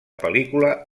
pel·lícula